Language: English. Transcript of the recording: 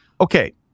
Okay